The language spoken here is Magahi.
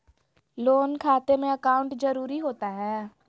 लोन खाते में अकाउंट जरूरी होता है?